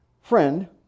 Friend